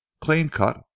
clean-cut